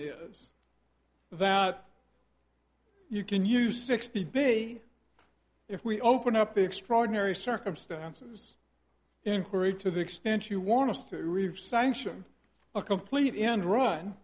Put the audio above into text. is that you can use sixty b if we open up the extraordinary circumstances inquiry to the extent you want us to leave sanction a complete en